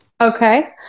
Okay